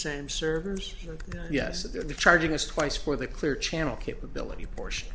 same servers yes they're the charging us twice for the clear channel capability portion